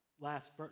last